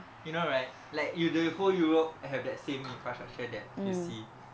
you know right like you the whole europe have that same infrastructure that you see